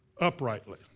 uprightly